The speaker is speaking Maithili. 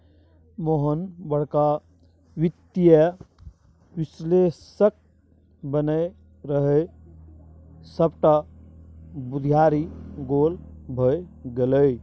मोहन बड़का वित्तीय विश्लेषक बनय रहय सभटा बुघियारी गोल भए गेलै